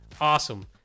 Awesome